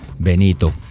benito